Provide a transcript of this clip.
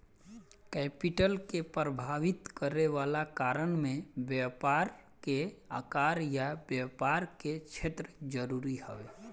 capital के प्रभावित करे वाला कारण में व्यापार के आकार आ व्यापार के क्षेत्र जरूरी हवे